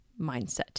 mindset